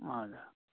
हजुर